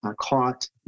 caught